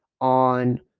on